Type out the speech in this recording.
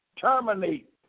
terminate